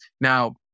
Now